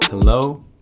Hello